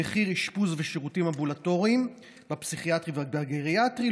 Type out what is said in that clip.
במחיר אשפוז ושירותים אמבולטוריים בפסיכיאטרי ובגריאטרי,